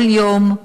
כל יום,